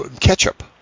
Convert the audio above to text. ketchup